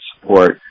support